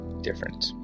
different